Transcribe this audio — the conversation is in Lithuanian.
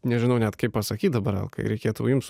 nežinau net kaip pasakyt dabar alkai reikėtų jums